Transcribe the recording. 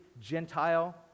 Gentile